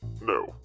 No